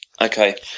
Okay